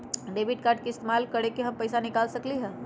Debit card के इस्तेमाल करके हम पैईसा कईसे निकाल सकलि ह?